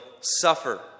suffer